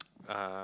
uh